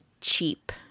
cheap